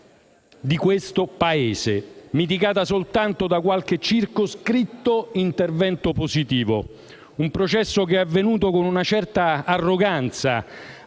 di questo Paese, mitigata soltanto da qualche circoscritto intervento positivo. Il processo è avvenuto con una certa arroganza,